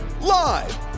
Live